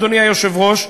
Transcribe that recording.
אדוני היושב-ראש,